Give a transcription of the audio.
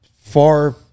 far